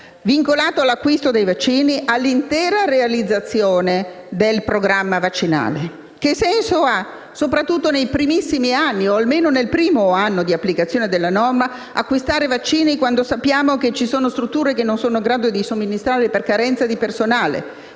vincolato all'acquisto dei vaccini all'intera realizzazione del programma vaccinale? Che senso ha soprattutto nei primissimi anni, o almeno nel primo anno di applicazione della norma, acquistare vaccini, quando sappiamo che ci sono strutture non in grado di somministrarli per carenza di personale